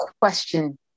question